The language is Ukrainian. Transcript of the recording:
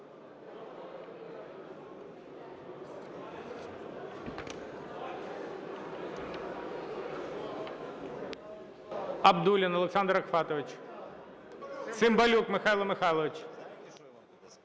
Абдуллін Олександр Рафкатович. Цимбалюк Михайло Михайлович.